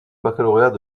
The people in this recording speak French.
baccalauréat